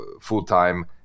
full-time